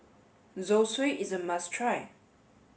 Zosui is a must try